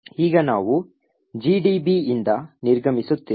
ಈಗ ನಾವು ಜಿಡಿಬಿಯಿಂದ ನಿರ್ಗಮಿಸುತ್ತೇವೆ